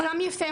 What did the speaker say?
עולם יפה,